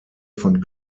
von